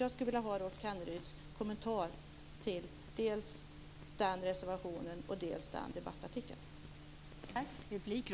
Jag skulle vilja ha Rolf Kenneryds kommentar till dels den reservationen och dels den debattartikeln.